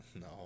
No